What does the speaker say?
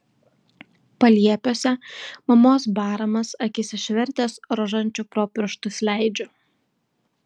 paliepiuose mamos baramas akis išvertęs rožančių pro pirštus leidžiu